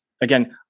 again